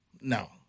no